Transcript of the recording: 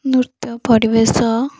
ନୃତ୍ୟ ପରିବେଷ